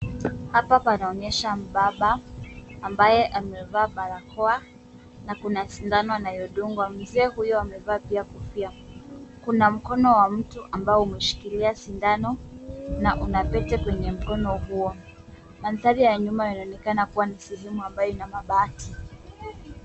Hapa panonyesha mbaba ambaye amevaa barakoa, na kuna sindano anayo dungwaewe. Mzee huyu amevaa pia kofia. Kuna mkono wa mtu ambao umeshikilia sindano, na una pete kwenye mkono huo. Mandhari ya nyuma inaonekana kuwa ni sehemu ambayo ina mabati.